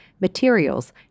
materials